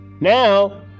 now